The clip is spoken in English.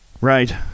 right